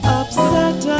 upset